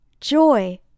Joy